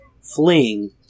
fleeing